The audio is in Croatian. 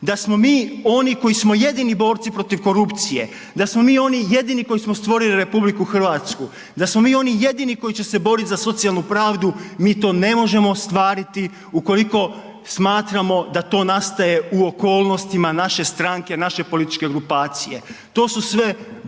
da smo mi oni koji smo jedini borci protiv korupcije, da smo mi oni jedini koji smo stvorili RH, da smo mi oni jedini koji će se boriti za socijalnu pravdu. Mi to ne možemo ostvariti ukoliko smatramo da to nastaje u okolnostima naše stranke, naše političke grupacije. To su sve bolne